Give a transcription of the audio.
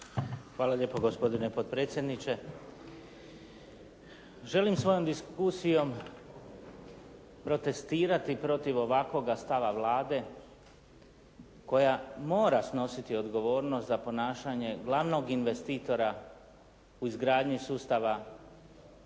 Hvala lijepo gospodine potpredsjedniče. Želim svojom diskusijom protestirati protiv ovakvoga stava Vlade koja mora snositi odgovornost za ponašanje glavnog investitora u izgradnji sustava